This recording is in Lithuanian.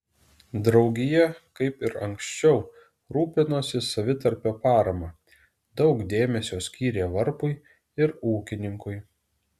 draugija kaip ir anksčiau rūpinosi savitarpio parama daug dėmesio skyrė varpui ir ūkininkui